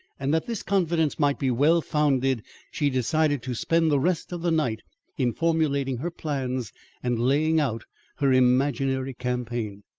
and that this confidence might be well founded she decided to spend the rest of the night in formulating her plans and laying out her imaginary campaign.